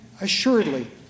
Assuredly